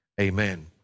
Amen